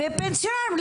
ופנסיונרים.